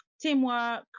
teamwork